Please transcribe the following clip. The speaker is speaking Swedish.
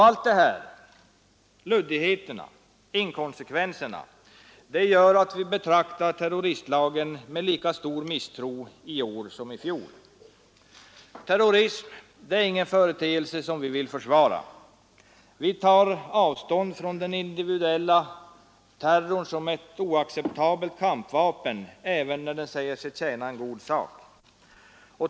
Allt det här — luddigheterna, inkonsekvenserna — gör att vi betraktar terroristlagen med lika stor misstro i år som i fjol. Terrorism är ingen företeelse som vi vill försvara. Vi tar avstånd från den individuella terrorn som ett oacceptabelt kampvapen även när den säger sig tjäna en god sak.